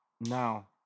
Now